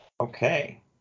Okay